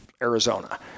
Arizona